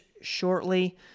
shortly